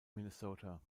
minnesota